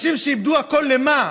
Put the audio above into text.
אנשים שאיבדו הכול, למה?